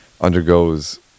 undergoes